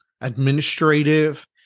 administrative